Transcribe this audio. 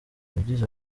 yagize